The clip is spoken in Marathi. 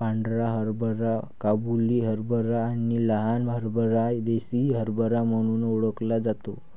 पांढरा हरभरा काबुली हरभरा आणि लहान हरभरा देसी हरभरा म्हणून ओळखला जातो